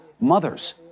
mothers